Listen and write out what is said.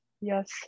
Yes